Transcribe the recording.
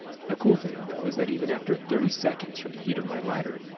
a cool thing though is that even after thirty seconds from the heat of my lighter,